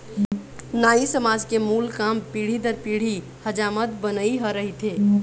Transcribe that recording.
नाई समाज के मूल काम पीढ़ी दर पीढ़ी हजामत बनई ह रहिथे